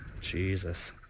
Jesus